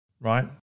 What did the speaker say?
right